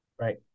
Right